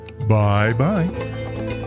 Bye-bye